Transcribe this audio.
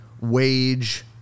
wage